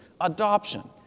adoption